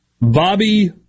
Bobby